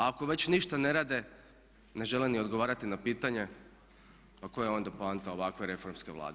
A ako već ništa ne rade, ne žele ni odgovarati na pitanja, pa koja je onda poanta ovakve reformske Vlade?